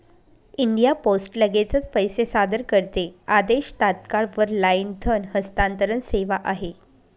India Post लगेचच पैसे सादर करते आदेश, तात्काळ वर लाईन धन हस्तांतरण सेवा आहे